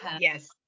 yes